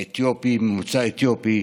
האתיופים, ממוצא אתיופי,